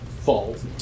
falls